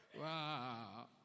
Wow